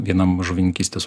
vienam žuvininkystės